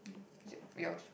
is it yours